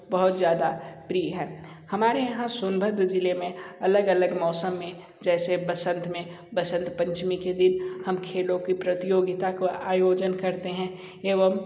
बहोत ज़्यादा प्रिय है हमारे यहाँ सोनभद्र ज़िले में अलग अलग मौसम में जैसे बसंत में बसंत पंचमी के दिन हम खेलों की प्रतियोगिता को आयोजन करते हैं एवं